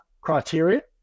criteria